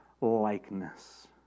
likeness